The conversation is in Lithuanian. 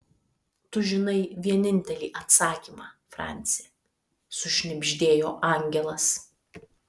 tu žinai vienintelį atsakymą franci sušnibždėjo angelas